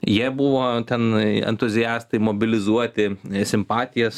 jie buvo ten entuziastai mobilizuoti simpatijas